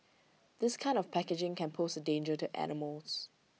this kind of packaging can pose A danger to animals